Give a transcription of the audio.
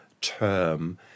term